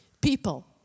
people